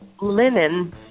linen